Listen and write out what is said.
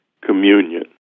communion